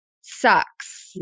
sucks